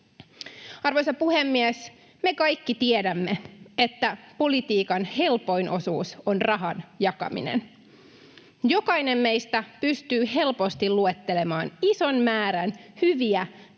Arvoisa puhemies! Me kaikki tiedämme, että politiikan helpoin osuus on rahan jakaminen. Jokainen meistä pystyy helposti luettelemaan ison määrän hyviä, tärkeitä